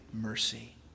mercy